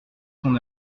son